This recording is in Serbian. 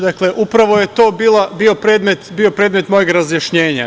Dakle, upravo je to bio predmet mojeg razjašnjenja.